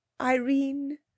irene